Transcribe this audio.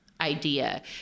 idea